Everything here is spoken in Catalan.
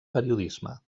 periodisme